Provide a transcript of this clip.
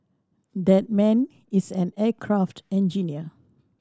that man is an aircraft engineer